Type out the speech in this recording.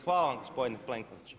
Hvala vam gospodine Plenković.